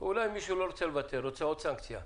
אולי מישהו לא רוצה לבטל, ורוצה עוד סנקציה.